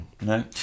no